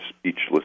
speechless